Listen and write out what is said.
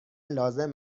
لازم